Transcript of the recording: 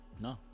No